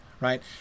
right